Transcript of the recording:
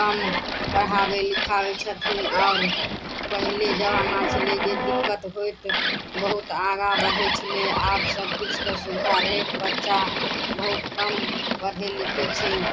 कम पढ़ाबै लिखाबै छथिन आओर पहिले जमाना छलै जे दिक्कत होयत बहुत आगाँ बढ़ै छलै आब सब किछ कऽ सुविधा रहैत बच्चा बहुत कम पढ़ै लिखै छै